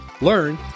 learn